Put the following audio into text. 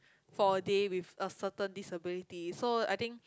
for a day with a certain disability so I think